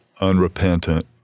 unrepentant